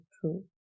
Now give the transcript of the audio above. true